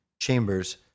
chambers